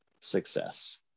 success